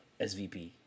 SVP